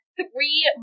three